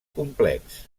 complex